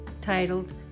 titled